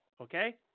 okay